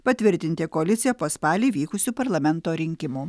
patvirtinti koaliciją po spalį vykusių parlamento rinkimų